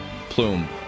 Plume